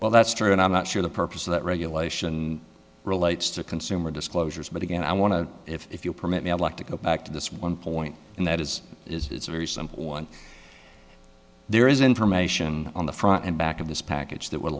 well that's true and i'm not sure the purpose of that regulation relates to consumer disclosures but again i want to if you'll permit me i'd like to go back to this one point and that is it's a very simple one there is information on the front and back of this package that would